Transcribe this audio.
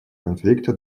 конфликта